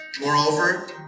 Moreover